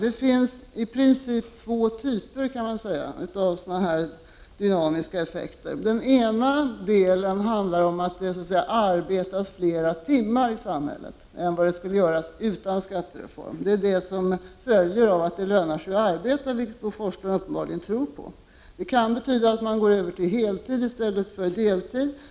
Det finns i princip två typer av sådana dynamiska effekter. Den ena delen handlar om att det arbetas flera timmar i samhället än vad det skulle göras utan skattereformen. Det är vad som följer av att det lönar sig att arbeta, vilket Bo Forslund uppenbarligen tror på. Det kan betyda att man går över till heltid i stället för deltid.